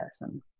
person